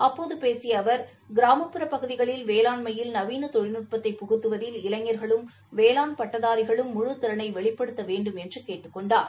அப்போது பேசிய அவர் கிராமப்புற பகுதிகளில் வேளாண்மையில் நவீன தொழில்நட்பத்தை புகுத்துவதில் இளைஞர்களும் வேளாண் பட்டதாரிகளும் முழுத் திறனை வெளிப்படுத்த வேண்டும் என்று கேட்டுக் கொண்டார்